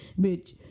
Bitch